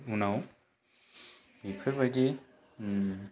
उनाव बेफोरबायदि